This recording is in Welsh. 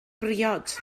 briod